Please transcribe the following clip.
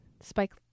Spike